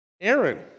Aaron